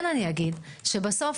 כן אגיד שבסוף,